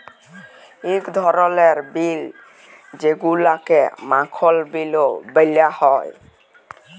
ইক ধরলের বিল যেগুলাকে মাখল বিলও ব্যলা হ্যয়